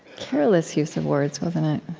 careless use of words, wasn't it?